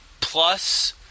plus